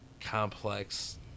complex